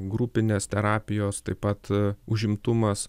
grupinės terapijos taip pat užimtumas